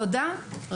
תודה רבה.